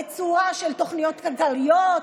בצורה של תוכניות כלכליות,